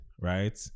right